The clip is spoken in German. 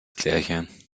klärchen